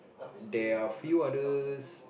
they are few others